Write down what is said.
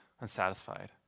unsatisfied